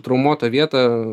traumuotą vietą